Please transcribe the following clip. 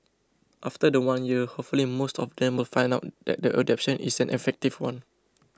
after the one year hopefully most of them will find out that the adaptation is an effective one